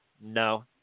No